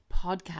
podcast